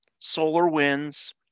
SolarWinds